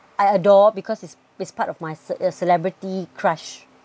I adore because it's it's part of my celebrity crush